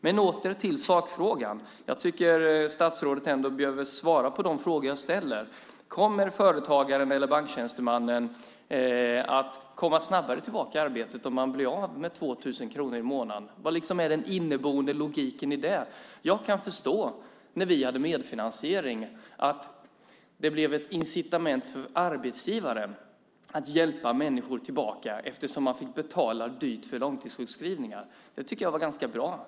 Men jag går tillbaka till sakfrågan. Jag tycker att statsrådet behöver svara på de frågor jag ställer. Kommer företagaren eller banktjänstemannen att komma snabbare tillbaka till arbetet om han blir av med 2 000 kronor i månaden? Vad är den inneboende logiken i det? Jag kan förstå att det, när vi hade medfinansiering, blev ett incitament för arbetsgivaren att hjälpa människor tillbaka, eftersom man fick betala dyrt för långtidssjukskrivningar. Det tycker jag var ganska bra.